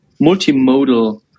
multimodal